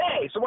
hey